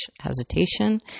hesitation